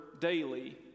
daily